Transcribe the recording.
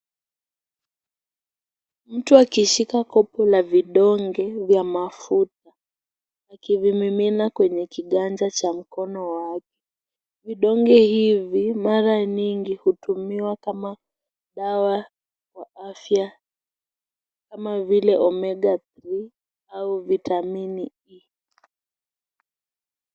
Mtu akishika kopu la vidonge ya mafuta akivimimina kwenye kiganja cha mkono wake. Vidonge hivi mara nyingi hutumiwa kama dawa za afya kama vile Omega-3 au vitamini E.